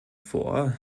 vor